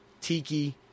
Tiki